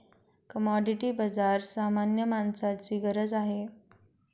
commodity बाजार सामान्य माणसाची गरज आहे